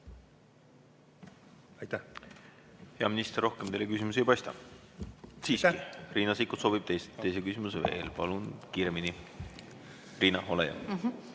ei teki. Hea minister, rohkem teile küsimusi ei paista. Siiski, Riina Sikkut soovib [küsida] teise küsimuse veel. Palun kiiremini. Riina, ole hea!